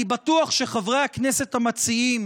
אני בטוח שחברי הכנסת המציעים